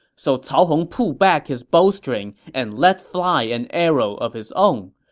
so cao hong pulled back his bowstring and let fly an arrow of his own.